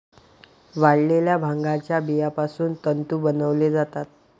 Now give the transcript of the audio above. वाळलेल्या भांगाच्या बियापासून तंतू बनवले जातात